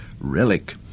relic